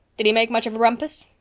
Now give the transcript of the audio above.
did he make much of a rumpus?